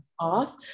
off